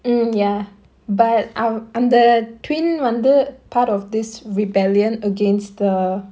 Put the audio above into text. mm ya but i~ அந்த:andha twin வந்து:vandhu part of this rebellion against the